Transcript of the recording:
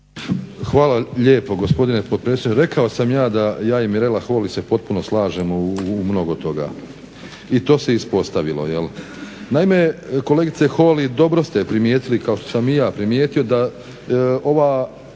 Hvala lijepo gospodine potpredsjedniče. Rekao sam ja da se ja i Mirela Holy potpuno slažemo u mnogo toga i to se ispostavilo jel. Naime, kolegice Holy dobro ste primijetili kao što sam i ja primijetio da ovaj